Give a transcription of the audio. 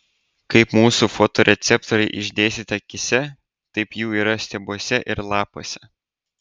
kaip mūsų fotoreceptoriai išdėstyti akyse taip jų yra stiebuose ir lapuose